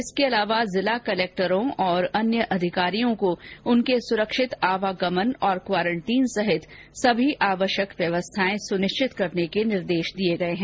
इसके अलावा जिला कलक्टरों और अन्य अधिकारियों को उनके सुरक्षित आवागमन और क्वारेंटीन सहित सभी आवश्यक व्यवस्थाएं सुनिश्चित करने के निर्देश दिर्य गये हैं